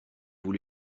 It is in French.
vous